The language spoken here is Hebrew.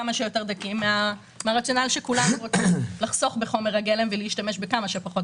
כך הרציונל של חיסון בחומר גלם לא יתממש.